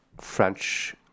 French